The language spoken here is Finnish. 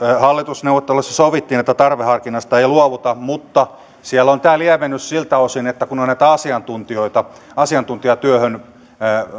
hallitusneuvotteluissa sovittiin että tarveharkinnasta ei luovuta mutta siellä on tämä lievennys siltä osin kun on näitä asiantuntijoita asiantuntijatyöhön